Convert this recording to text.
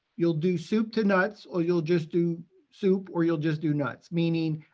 you'll do soup to nuts or you'll just do soup or you'll just do nuts. meaning,